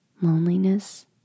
loneliness